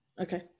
Okay